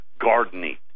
gardening